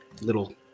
Little